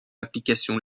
application